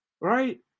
right